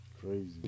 Crazy